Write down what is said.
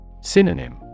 Synonym